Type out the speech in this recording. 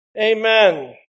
Amen